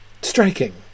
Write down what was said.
striking